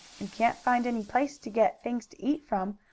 and can't find any place to get things to eat from,